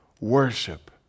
worship